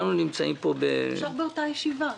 אפשר גם באותה ישיבה.